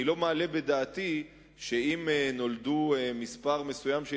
אני לא מעלה בדעתי שאם נולדו מספר מסוים של